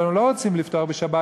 הם לא רוצים לפתוח בשבת,